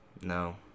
No